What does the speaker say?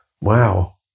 wow